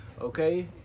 Okay